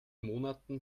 monaten